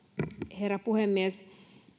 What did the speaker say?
herra puhemies